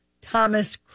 Thomas